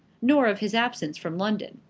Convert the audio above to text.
nor of his absence from london.